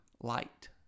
light